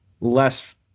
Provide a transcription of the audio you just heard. less